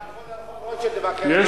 הם הלכו לרחוב רוטשילד לבקר,